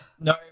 No